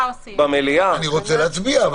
אני רוצה להצביע.